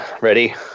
Ready